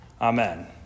Amen